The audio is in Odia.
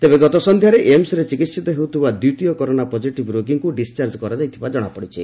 ତେବେ ଗତ ସନ୍ଧ୍ୟାରେ ଏମସ୍ରେ ଚିକିିିତ ହେଉଥିବା ଦ୍ୱିତୀୟ କରୋନା ପଜିଟିଭ୍ ରୋଗୀଙ୍କୁ ଡିସ୍ଚାର୍ଜ କରାଯାଇଥିବା ଜଣାପଡ଼ିଛି